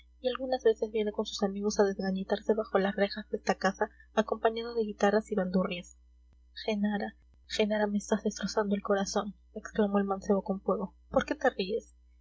y algunas veces viene con sus amigos a desgañitarse bajo las rejas de esta casa acompañado de guitarras y bandurrias genara genara me estás destrozando el corazón exclamó el mancebo con fuego por qué te ríes